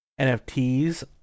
NFTs